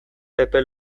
epe